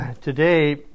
today